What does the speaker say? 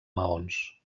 maons